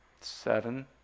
Seven